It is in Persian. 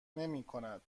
نمیکند